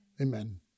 Amen